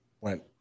went